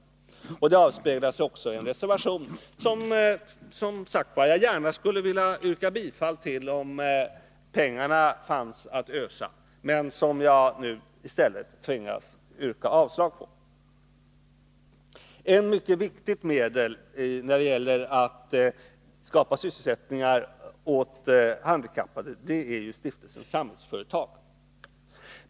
Det avspeglas i en reservation som jag gärna skulle vilja yrka bifall till, om pengarna fanns att ösa, men som jag nu i stället tvingas yrka avslag på. Ett mycket viktigt medel när det gäller att skapa sysselsättningar åt handikappade är Stiftelsen Samhällsföretag.